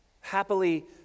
Happily